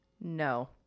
No